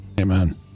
amen